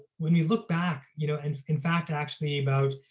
when you look back you know and in fact actually about,